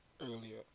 earlier